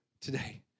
today